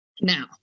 Now